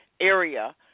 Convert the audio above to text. area